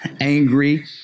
angry